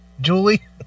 Julie